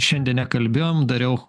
šiandien nekalbėjom dariau